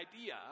idea